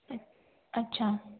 अच् अच्छा